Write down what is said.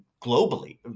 globally